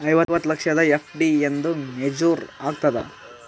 ಐವತ್ತು ಲಕ್ಷದ ಎಫ್.ಡಿ ಎಂದ ಮೇಚುರ್ ಆಗತದ?